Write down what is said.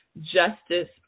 justice